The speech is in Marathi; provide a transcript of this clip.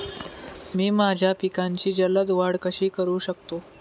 मी माझ्या पिकांची जलद वाढ कशी करू शकतो?